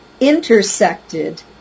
intersected